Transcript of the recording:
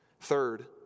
Third